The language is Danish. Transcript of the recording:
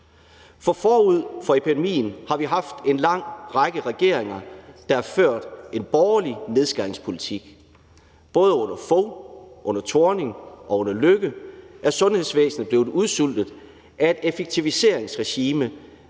For forud for epidemien har vi haft en lang række regeringer, der har ført en borgerlig nedskæringspolitik. Både under Anders Fogh Rasmussen, under Helle Thorning-Schmidt og under Lars Løkke Rasmussen er sundhedsvæsenet blevet udsultet af et effektiviseringsregime,